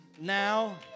Now